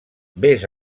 vés